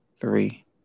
three